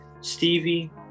Stevie